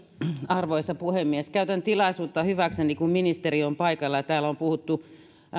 arvoisa puhemies käytän tilaisuutta hyväkseni kun ministeri on paikalla ja täällä on puhuttu